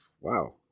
wow